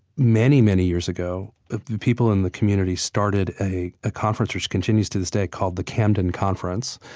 many, many years ago, the people in the community started a conference, which continues to this day, called the camden conference,